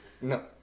No